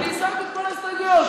הסרתי את כל ההסתייגויות.